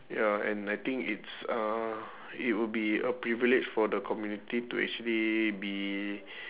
ya and I think it's a it would be a privilege for the community to actually be